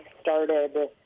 started